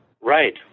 Right